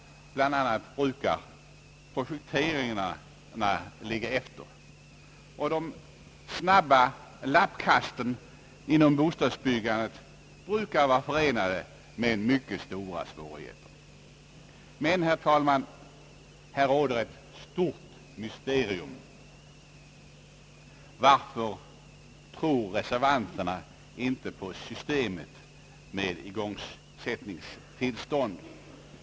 Bl.a. brukar projekteringarna ligga efter, och de snabba lappkasten inom bostadsbyggandet brukar vara förenade med mycket stora svårigheter. Men, herr talman, här råder ett stort mysterium. Varför tror reservanterna inte på systemet med igångsättningstillstånden?